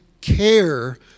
care